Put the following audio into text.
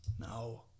No